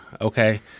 okay